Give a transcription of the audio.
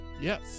yes